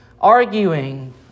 arguing